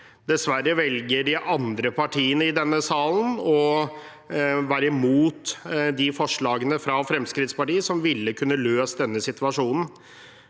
Dessverre velger de andre partiene i denne salen å være imot de forslagene fra Fremskrittspartiet som ville kunne løse denne situasjonen.